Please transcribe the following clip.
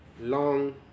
long